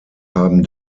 haben